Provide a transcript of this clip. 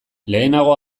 lehenago